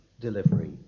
delivery